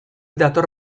dator